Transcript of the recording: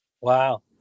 Wow